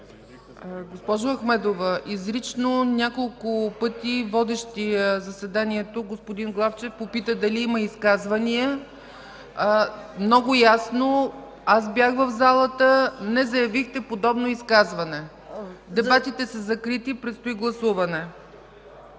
Госпожо Ахмедова, изрично няколко пъти водещият заседанието господин Главчев попита дали има изказвания много ясно. Бях в залата, не заявихте подобно изказване. Дебатите са закрити, предстои гласуване.